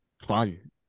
fun